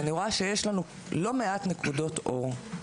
אני רואה שיש לנו לא מעט נקודות אור.